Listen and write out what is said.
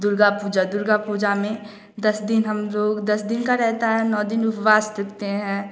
दुर्गा पूजा दुर्गा पूजा में दस दिन हम लोग दस दिन का रहता है नौ दिन उपवास रखते हैं